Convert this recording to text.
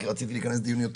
כי רציתי להיכנס לדיון,